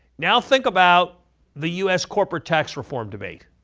now think about the us corporate tax reform debate.